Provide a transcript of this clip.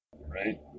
Right